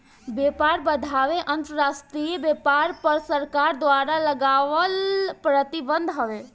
व्यापार बाधाएँ अंतरराष्ट्रीय व्यापार पअ सरकार द्वारा लगावल प्रतिबंध हवे